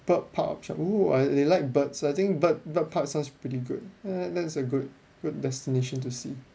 bird park option !woo! ah they like birds I think bird bird parks sounds pretty good eh that's a good good destination to see